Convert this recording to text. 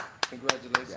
congratulations